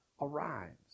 arrives